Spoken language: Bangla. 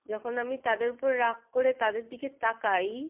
যখন আমি তাদের উপর রাগ করে তাদের দিকে তাকাই